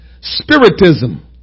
Spiritism